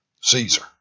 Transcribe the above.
Caesar